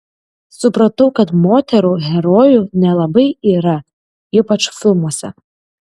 supratau kad moterų herojų nelabai yra ypač filmuose